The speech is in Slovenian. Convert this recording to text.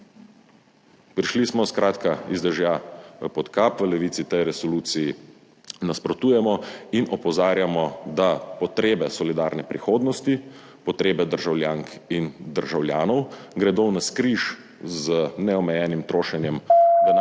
Prišli smo skratka iz dežja pod kap. V Levici tej resoluciji nasprotujemo in opozarjamo, da potrebe solidarne prihodnosti, potrebe državljank in državljanov gredo v navzkriž z neomejenim trošenjem denarja